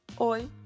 oi